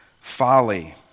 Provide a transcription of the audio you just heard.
folly